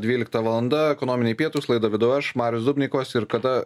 dvylikta valanda ekonominiai pietūs laidą vedu aš marius dubnikovas ir kada